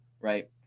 right